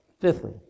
Fifthly